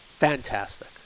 Fantastic